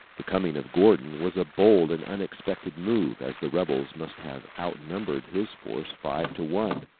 the coming of gordon was a bold and unexpected move, as the rebels must have outnumbered his force five to one.